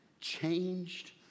changed